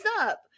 up